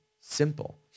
simple